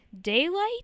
Daylight